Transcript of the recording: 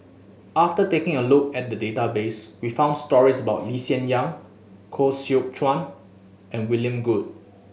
after taking a look at the database we found stories about Lee Hsien Yang Koh Seow Chuan and William Goode